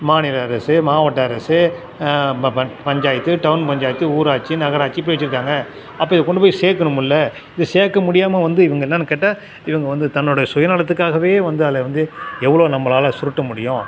மாநில அரசு மாவட்ட அரசு ப ப பஞ்சாயத்து டவுன் பஞ்சாயத்து ஊராட்சி நகராட்சி இப்படி வச்சுருக்காங்க அப்போ இதை கொண்டு போய் சேர்க்கணுமில்ல இதை சேர்க்க முடியாமல் வந்து இவங்க என்னென்னு கேட்டால் இவங்க வந்து தன்னுடைய சுயநலத்துக்காகவே வந்து அதில் வந்து எவ்வளோ நம்மளால் சுருட்ட முடியும்